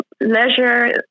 leisure